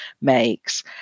makes